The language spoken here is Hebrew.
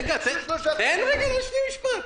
רגע, תן להשלים משפט.